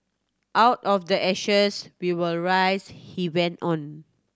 out of the ashes we will rise he went on